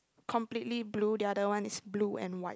completely blue the other one is blue and white